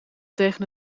tegen